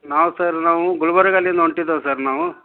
ನಾವು ಸರ್ ನಾವು ಗುಲ್ಬರ್ಗಲ್ಲಿಂದ ಹೊಂಟಿದ್ದೇವ್ ಸರ್ ನಾವು